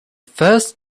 first